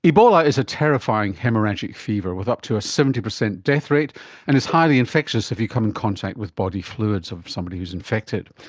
ebola is a terrifying haemorrhagic fever with up to a seventy percent death rate and it's highly infectious if you come in contact with body fluids of somebody who is infected.